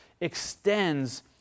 extends